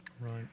Right